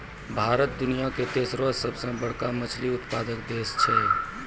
भारत दुनिया के तेसरो सभ से बड़का मछली उत्पादक देश छै